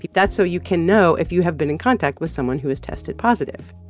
that's so you can know if you have been in contact with someone who has tested positive.